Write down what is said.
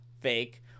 fake